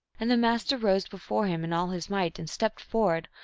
and the master rose before him in all his might, and stepped forward,